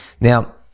Now